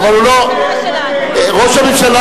הוא ראש הממשלה